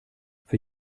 für